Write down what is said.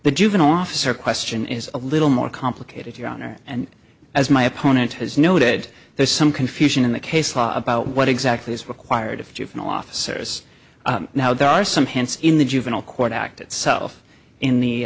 the juvenile officer question is a little more complicated your honor and as my opponent has noted there's some confusion in the case law about what exactly is required of juvenile officers now there are some hints in the juvenile court act itself in the